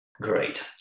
Great